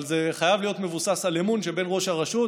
אבל זה חייב להיות מבוסס על אמון שבין ראש הרשות,